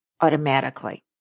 automatically